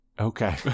okay